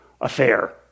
affair